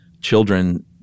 children